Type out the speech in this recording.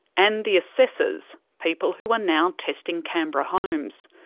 and the assessors, people who are now testing canberra homes.